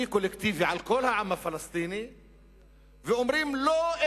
קולקטיבי על כל העם הפלסטיני ואומרים: לא,